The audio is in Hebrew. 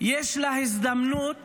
יש הזדמנות